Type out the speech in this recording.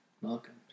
Welcome